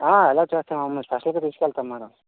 అలాగే చేస్తాను మేడమ్ మిమ్మల్నిస్పెషల్గా తీసుకెళతాను మేడమ్